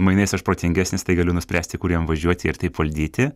mainais aš protingesnis tai galiu nuspręsti kur jam važiuoti ir taip valdyti